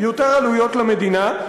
יותר עלויות למדינה.